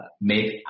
make